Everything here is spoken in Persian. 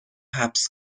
حبس